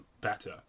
better